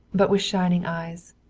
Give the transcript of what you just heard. but with shining eyes.